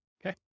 Okay